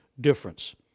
difference